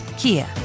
Kia